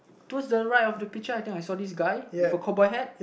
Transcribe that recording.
towards the right of the picture I think I saw this guy with a cobber hat